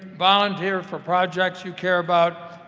volunteer for projects you care about,